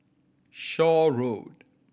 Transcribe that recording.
Shaw Road